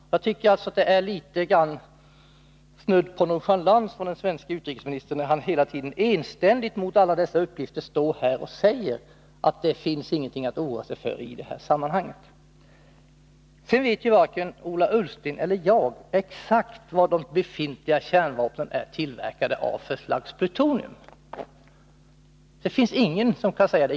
Det är alltså snudd på nonchalans, när den svenske utrikesministern hela tiden enständigt mot alla dessa uppgifter står här och säger att det inte finns någonting att oroa sig för i sammanhanget. Varken Ola Ullsten eller jag vet exakt vad för slags plutonium de befintliga kärnvapnen är tillverkade av.